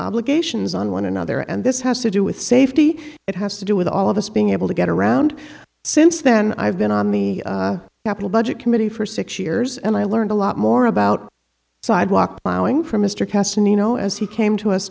obligations on one another and this has to do with safety it has to do with all of us being able to get around since then i've been on the capitol budget committee for six years and i learned a lot more about sidewalk buying from mr kasson you know as he came to us